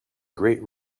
great